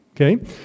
okay